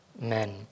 men